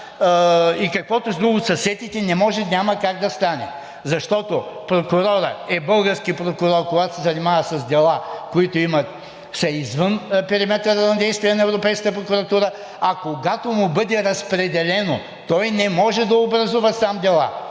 каквото друго се сетите – няма как да стане. Защото прокурорът е български прокурор, когато се занимава с дела, които са извън периметъра на действие на Европейската прокуратура, а когато му бъде разпредено, той не може да образува сам дела